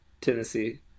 Tennessee